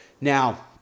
Now